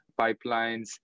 pipelines